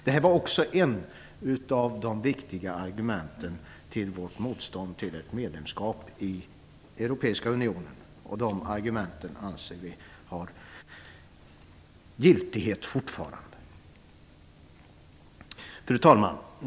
Detta var också ett av de viktiga argumenten för vårt motstånd till ett medlemskap i Europeiska unionen. Vi anser att dessa argument fortfarande har giltighet. Fru talman!